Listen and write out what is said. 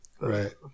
right